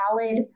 valid